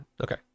Okay